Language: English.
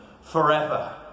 forever